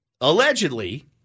allegedly